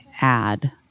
add